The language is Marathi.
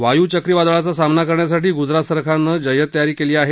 वायू चक्रीवादळाचा सामना करण्यासाठी गुजरात सरकारनं जय्यत तयारी केली आहे